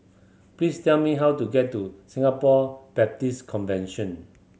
please tell me how to get to Singapore Baptist Convention